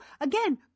Again